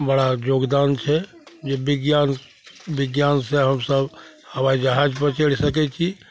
बड़ा योगदान छै जे विज्ञान विज्ञानसे हमसभ हवाइ जहाजपर चढ़ि सकै छी